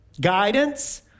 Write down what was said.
guidance